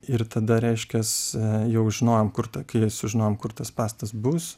ir tada reiškias jau žinojom kur ta kai sužinojom kur tas pastas bus